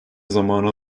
zamanı